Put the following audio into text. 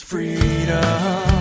Freedom